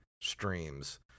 streams